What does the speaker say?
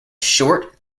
short